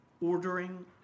ordering